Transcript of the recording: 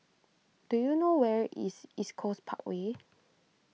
do you know where is East Coast Parkway